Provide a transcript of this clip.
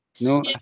no